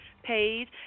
page